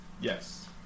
Yes